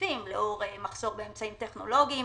המשתפים לאור מחסור באמצעים טכנולוגיים